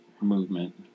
movement